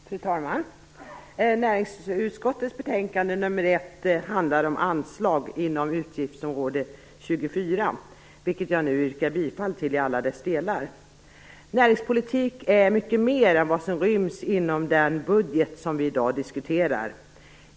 Fru talman! Näringsutskottets betänkande nr 1 handlar om anslag inom utgiftsområde 24. Jag yrkar bifall till hemställan i betänkandet i dess helhet. Näringspolitik är mycket mer än vad som ryms inom den budget som vi i dag diskuterar.